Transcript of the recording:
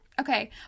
Okay